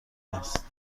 است